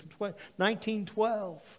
1912